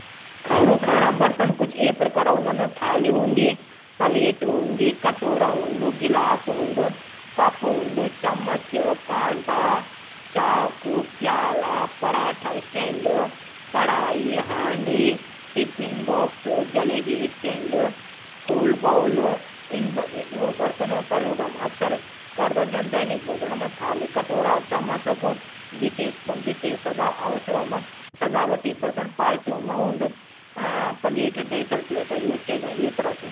खाणू खाणा बर्तन ये प्रकार हूदन। थाली हूदी। प्लेट कटोरा गिलास हूदू। कप चमच। प्याला कांटा पराठा स्टैंड। कडाई हांडी। Tiffin box. जलेबी स्टैंड। फूल बॉल। यूं बरतनों कू प्रयोग हम करदा अपडू दैनिक आवश्यकताओं मा।